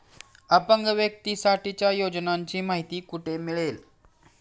अपंग व्यक्तीसाठीच्या योजनांची माहिती कुठे मिळेल?